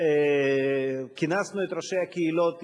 כינסנו את ראשי הקהילות,